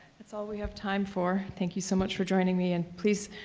that's all we have time for. thank you so much for joining me, and, please,